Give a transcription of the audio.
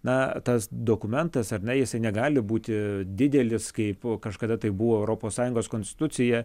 na tas dokumentas ar ne jisai negali būti didelis kaip kažkada tai buvo europos sąjungos konstitucija